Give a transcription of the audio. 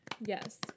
Yes